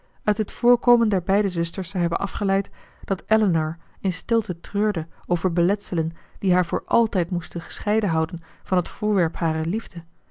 uit het voorkomen der beide zusters zou hebben afgeleid dat elinor in stilte treurde over beletselen die haar voor altijd moesten gescheiden houden van het voorwerp harer liefde